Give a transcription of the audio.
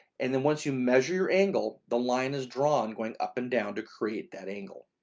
and then once you measure your angle, the line is drawn going up and down to create that angle.